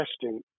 testing